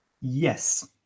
yes